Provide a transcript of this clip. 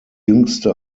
jüngste